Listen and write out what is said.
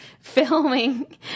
filming